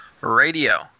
radio